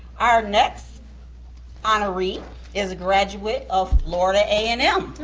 our next honoree is a graduate of florida a and m